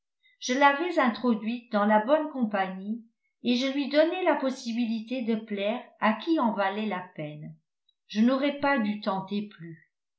je l'avais introduite dans la bonne compagnie et je lui donnais la possibilité de plaire à qui en valait la peine je n'aurais pas dû tenter plus